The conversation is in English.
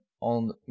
on